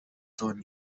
tony